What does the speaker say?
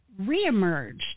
reemerged